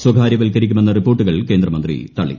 സ്വകാര്യവത്കരിക്കുമെന്ന റിപ്പോർട്ടുകൾ കേന്ദ്ര മന്ത്രി തള്ളി